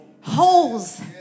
holes